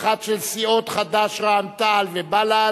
האחת של סיעות חד"ש, רע"ם-תע"ל ובל"ד,